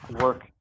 work